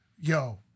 yo